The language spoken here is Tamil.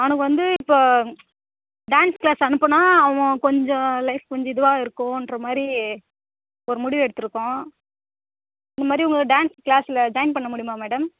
அவனுக்கு வந்து இப்போது டான்ஸ் க்ளாஸ் அனுப்புனால் அவன் கொஞ்சம் லைஃப் கொஞ்சம் இதுவாக இருக்குன்ற மாதிரி ஒரு முடிவெடுத்துருக்கோம் இந்தமாதிரி உங்கள் டான்ஸ் க்ளாஸில் ஜாயின் பண்ண முடியுமா மேடம்